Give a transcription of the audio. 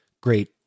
great